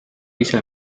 ise